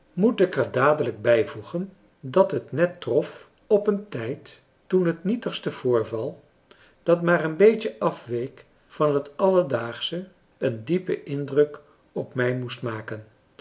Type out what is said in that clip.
moet ik er dadelijk bijvoegen dat het net trof op een tijd toen het nietigste voorval dat maar een beetje afweek van het alledaagsche een diepen indruk op mij moest maken